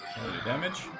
Damage